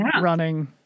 running